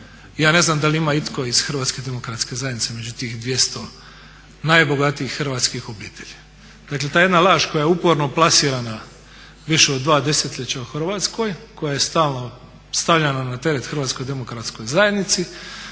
ja ne znam da li ima itko iz HDZ-a među tih 200 najbogatijih hrvatskih obitelji. Dakle ta jedna laž koja je uporno plasirana više od 2 desetljeća u Hrvatskoj, koja je stalno stavljana na teret HDZ-u danas se